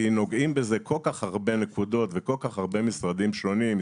כי נוגעים בזה כל כך הרבה נקודות וכל כך הרבה משרדים שונים.